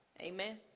Amen